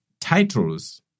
titles